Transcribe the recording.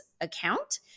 account